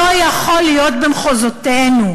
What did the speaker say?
לא יכול להיות במחוזותינו.